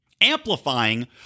amplifying